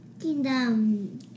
Kingdom